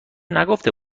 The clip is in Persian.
نگفته